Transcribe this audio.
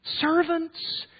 Servants